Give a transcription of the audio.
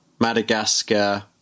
Madagascar